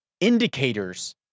indicators